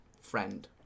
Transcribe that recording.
friend